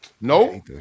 No